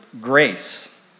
grace